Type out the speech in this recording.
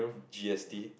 G S T